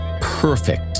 perfect